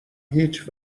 هیچ